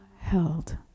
held